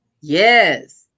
Yes